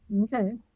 okay